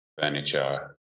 furniture